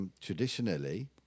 Traditionally